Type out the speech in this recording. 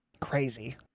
Crazy